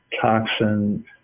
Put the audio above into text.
toxin